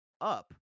up